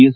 S